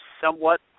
somewhat